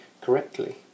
correctly